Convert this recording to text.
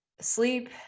sleep